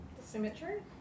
Symmetry